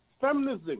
feminism